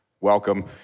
welcome